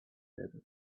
better